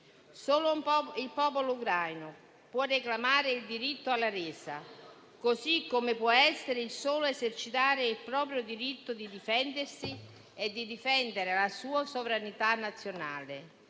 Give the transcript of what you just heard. Solo il popolo ucraino può reclamare il diritto alla resa, così come può essere il solo ad esercitare il proprio diritto di difendersi e di difendere la sua sovranità nazionale.